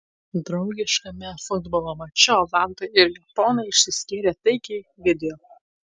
draugiškame futbolo mače olandai ir japonai išsiskyrė taikiai video